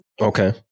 Okay